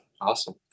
awesome